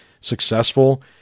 successful